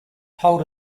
told